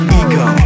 ego